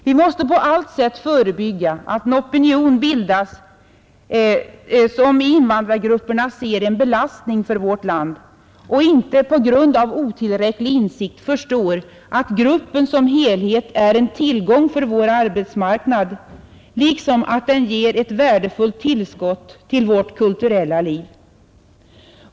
Vi måste på allt sätt förebygga att en opinion bildas, som i invandrargrupperna ser en belastning för vårt land och som på grund av otillräcklig insikt inte förstår att dessa grupper som helhet är en tillgång för vår arbetsmarknad liksom att de ger ett värdefullt tillskott till vårt kulturella liv.